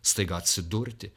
staiga atsidurti